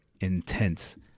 intense